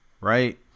Right